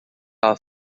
are